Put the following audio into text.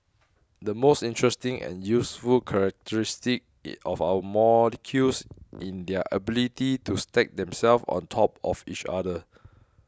the most interesting and useful characteristic of our molecules in their ability to stack themselves on top of each other